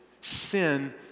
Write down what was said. sin